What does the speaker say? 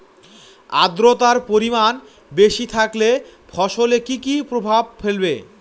আদ্রর্তার পরিমান বেশি থাকলে ফসলে কি কি প্রভাব ফেলবে?